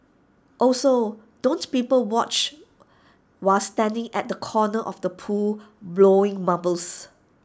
also don't people watch while standing at the corner of the pool blowing bubbles